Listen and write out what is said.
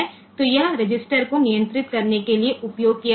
तो यह रजिस्टर को नियंत्रित करने के लिए उपयोग किया जाता है